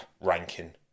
ranking